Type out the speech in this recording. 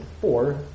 four